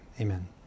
Amen